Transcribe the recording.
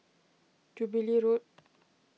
Jubilee Road